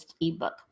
ebook